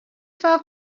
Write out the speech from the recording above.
far